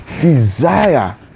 desire